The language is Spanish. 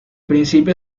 principio